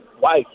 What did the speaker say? wife